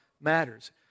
matters